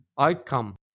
outcome